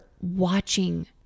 watching